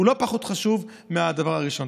וזה לא פחות חשוב מהדבר הראשון.